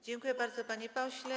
Dziękuję bardzo, panie pośle.